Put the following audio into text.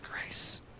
grace